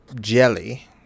jelly